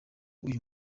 uyu